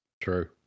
True